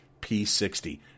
P60